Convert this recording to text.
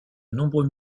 nombreux